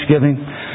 Thanksgiving